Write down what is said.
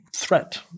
Threat